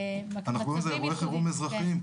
--- אנחנו קוראים לזה אירועי חירום אזרחיים,